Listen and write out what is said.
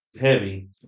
heavy